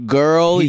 girl